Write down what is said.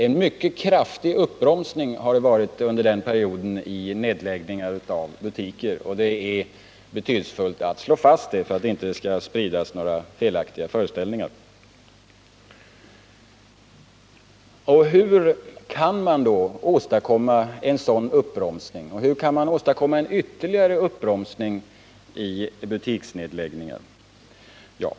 Under den perioden har en mycket kraftig uppbromsning skett i nedläggningen av butiker. Det är betydelsefullt att slå fast detta för att det inte skall spridas några felaktiga föreställningar. Hur kan man åstadkomma en sådan uppbromsning i butiksnedläggningar?